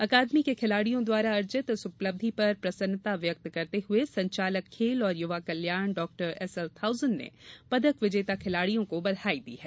अकादमी के खिलाड़ियों द्वारा अर्जित इस उपलब्धि पर प्रसन्न्ता व्यक्त करते हुए संचालक खेल और युवा कल्याण डॉ एसएल थाउसेन ने पदक विजेता खिलाड़ियों को बधाई दी है